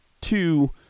two